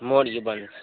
मौर्य वंश